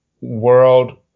world